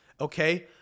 Okay